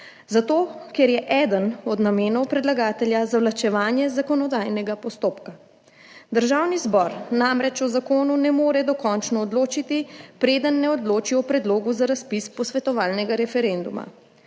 zato ker je eden od namenov predlagatelja zavlačevanje zakonodajnega postopka. Državni zbor namreč o zakonu ne more dokončno odločiti, preden ne odloči o predlogu za razpis posvetovalnega referenduma.